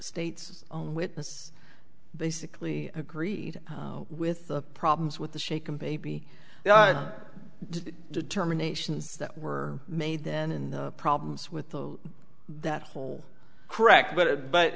state's own witness basically agreed with the problems with the shaken baby determinations that were made then in the problems with that whole correct bit but